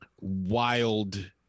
wild